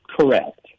Correct